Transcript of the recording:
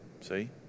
See